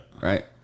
Right